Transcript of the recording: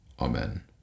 Amen